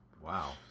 wow